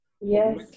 Yes